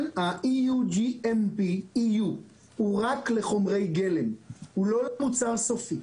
ה-EU GMP הוא רק לחומרי גלם, הוא לא למוצר סופי.